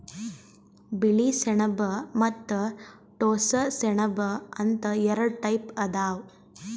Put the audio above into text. ಬಿಳಿ ಸೆಣಬ ಮತ್ತ್ ಟೋಸ್ಸ ಸೆಣಬ ಅಂತ್ ಎರಡ ಟೈಪ್ ಅದಾವ್